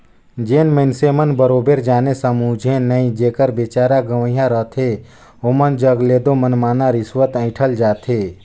जेन मइनसे मन बरोबेर जाने समुझे नई जेकर बिचारा गंवइहां रहथे ओमन जग ले दो मनमना रिस्वत अंइठल जाथे